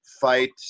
fight